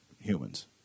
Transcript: humans